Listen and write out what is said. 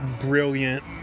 brilliant